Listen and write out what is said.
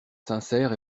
sincères